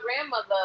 grandmother